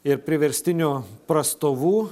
ir priverstinių prastovų